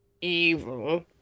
evil